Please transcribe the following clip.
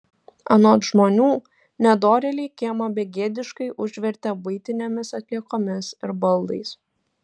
anot žmonių nedorėliai kiemą begėdiškai užvertė buitinėmis atliekomis ir baldais